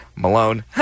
Malone